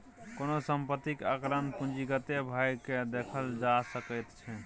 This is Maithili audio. कोनो सम्पत्तीक आंकलन पूंजीगते भए कय देखल जा सकैत छै